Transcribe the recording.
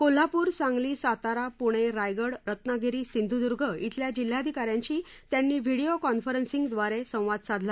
कोल्हापूर सांगली सातारा पुणे रायगड रत्नागिरी सिंधुदुर्ग अल्या जिल्हाधिका यांशी त्यांनी व्हिडीओ कॉन्फरन्सिंगद्वारे संवाद साधला